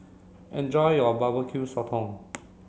enjoy your Barbecue Sotong